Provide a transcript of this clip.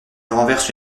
renverse